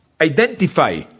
identify